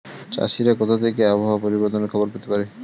চাষিরা কোথা থেকে আবহাওয়া পরিবর্তনের খবর পেতে পারে?